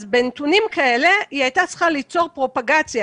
אז בנתונים כאלה היא הייתה צריכה ליצור פרופגציה,